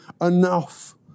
enough